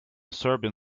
serbian